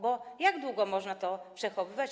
Bo jak długo można to przechowywać?